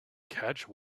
catch